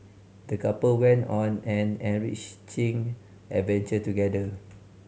the couple went on an enriching adventure together